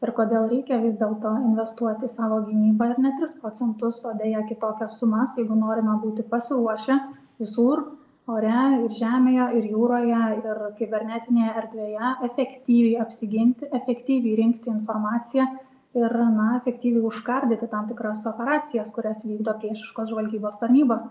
ir kodėl reikia vis dėlto investuot į savo gynybą ir ne tris procentus o deja kitokias sumas jeigu norime būti pasiruošę visur ore ir žemėje ir jūroje ir kibernetinėje erdvėje efektyviai apsiginti efektyviai rinkti informaciją ir na efektyviai užkardyti tam tikras operacijas kurias vykdo priešiškos žvalgybos tarnybos